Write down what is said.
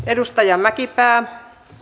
arvoisa puhemies